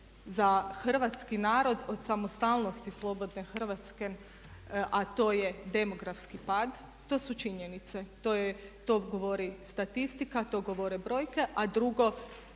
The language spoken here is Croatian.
za hrvatski narod od samostalnosti slobodne Hrvatske a to je demografski pad, to su činjenice, to govori statistika, to govore brojke a drugo